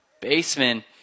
baseman